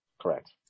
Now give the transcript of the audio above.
Correct